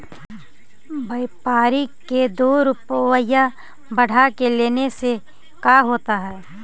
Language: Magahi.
व्यापारिक के दो रूपया बढ़ा के लेने से का होता है?